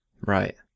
Right